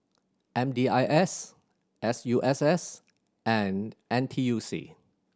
M D I S S U S S and N T U C